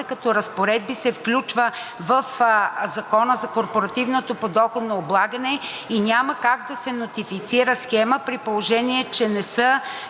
като разпоредба се включва в Закона за корпоративното подоходно облагане. Няма как да се нотифицира схема, при положение че не са